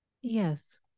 Yes